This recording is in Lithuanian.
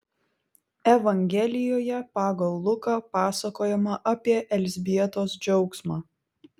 evangelijoje pagal luką pasakojama apie elzbietos džiaugsmą